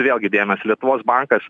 vėlgi dėmesį lietuvos bankas